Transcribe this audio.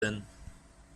denn